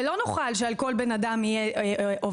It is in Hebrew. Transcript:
ולא נוכל שעל כל בן אדם יהיה עובד.